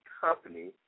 company